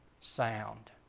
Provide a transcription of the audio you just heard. sound